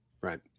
Right